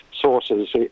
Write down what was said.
sources